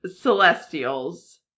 Celestials